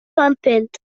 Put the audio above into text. contempt